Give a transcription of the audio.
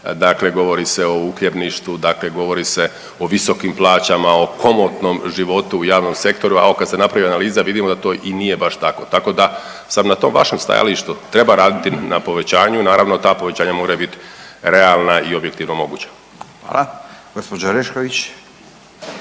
dakle govori se o uhljebništvu, dakle govori se o visokim plaćama, o komotnom životu u javnom sektoru, a ovo kad se napravi analiza, vidimo da to i nije baš tako, tako da sam na tom vašem stajalištu, treba raditi na povećanju. Naravno, ta povećanja moraju biti realna i objektivno moguća. **Radin, Furio